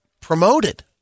promoted